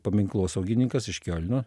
paminklosaugininkas iš kiolno